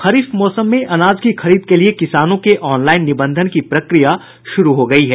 खरीफ मौसम में अनाज की खरीद के लिए किसानों के ऑनलाइन निबंधन की प्रक्रिया शुरू हो गयी है